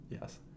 Yes